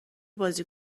بازی